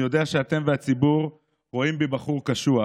אני יודע שאתם והציבור רואים בי בחור קשוח,